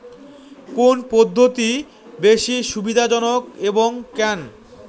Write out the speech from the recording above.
কোন পদ্ধতি বেশি সুবিধাজনক এবং কেন?